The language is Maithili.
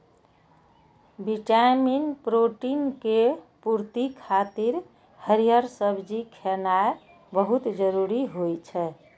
विटामिन, प्रोटीन के पूर्ति खातिर हरियर सब्जी खेनाय बहुत जरूरी होइ छै